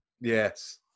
Yes